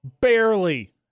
barely